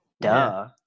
Duh